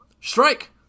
strike